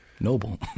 noble